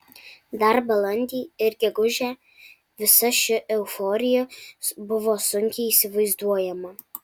dar balandį ir gegužę visa ši euforija buvo sunkiai įsivaizduojama